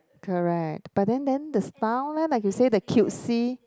correct but then then the style leh like you say the cutesy